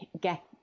get